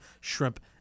shrimp